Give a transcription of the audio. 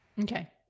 Okay